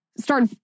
start